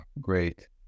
great